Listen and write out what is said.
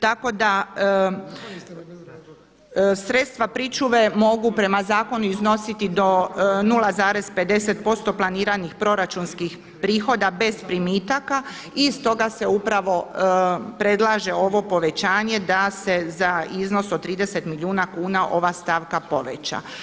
Tako da sredstva pričuve mogu prema zakonu iznositi do 0,50% planiranih proračunskih prihoda bez primitaka i stoga se upravo predlaže ovo povećanje da se za iznos od 30 milijuna kuna ova stavka poveća.